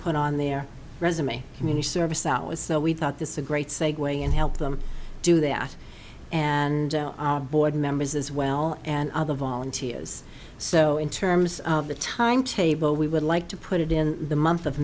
put on their resume community service hours so we thought this a great segue and help them do that and board members as well and other volunteers so in terms of the timetable we would like to put it in the month of